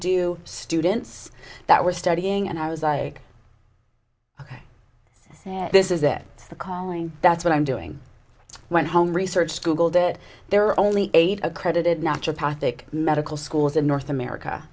do students that were studying and i was like ok this is it the calling that's what i'm doing went home research googled it there are only eight accredited natural patrick medical schools in north america